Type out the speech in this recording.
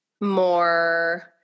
more